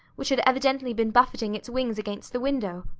which had evidently been buffeting its wings against the window.